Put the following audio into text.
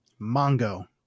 Mongo